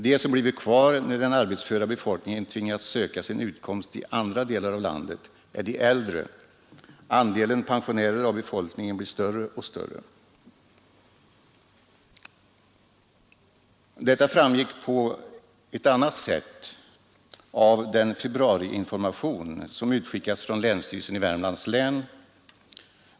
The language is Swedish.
De som blivit kvar när den arbetsföra befolkningen tvingats söka sin utkomst i andra delar av landet är de äldre; andelen pensionärer av befolkningen blir större och större. Detta framgick på ett annat sätt av den februariinformation som utskickats från länsstyrelsen i Värmlands län.